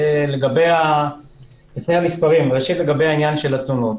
לגבי העניין של התלונות,